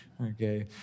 Okay